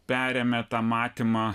perėmė tą matymą